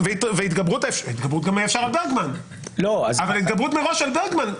מה זה השיטה הישנה?